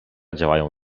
działają